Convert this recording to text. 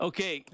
Okay